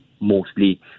mostly